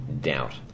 doubt